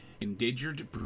Endangered